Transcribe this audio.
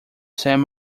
san